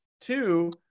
Two